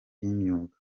y’imyuga